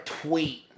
tweet